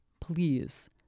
please